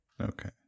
Okay